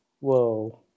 whoa